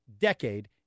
decade